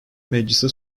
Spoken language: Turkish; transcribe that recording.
meclise